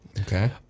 Okay